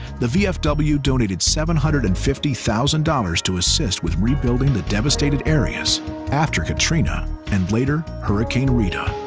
the vfw donated seven hundred and fifty thousand dollars to assist with rebuilding the devastated areas after katrina and later hurricane rita.